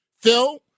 Phil